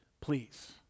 please